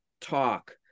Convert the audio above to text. talk